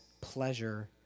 pleasure